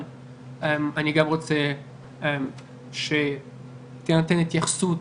אני גם רוצה שתינתן התייחסות